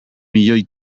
milioi